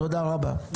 תודה רבה.